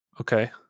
Okay